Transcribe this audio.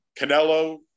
canelo